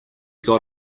got